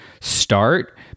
start